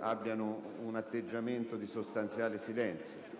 abbia un atteggiamento di sostanziale silenzio.